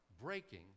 breaking